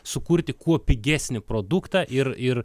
sukurti kuo pigesnį produktą ir ir